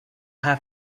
have